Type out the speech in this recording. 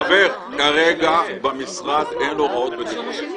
כרגע במשרד אין הוראות בטיחות.